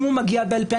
אם הוא מגיע בעל פה,